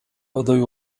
aday